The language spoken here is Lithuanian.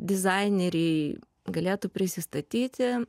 dizaineriai galėtų prisistatyti